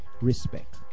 respect